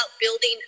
building